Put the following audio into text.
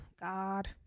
God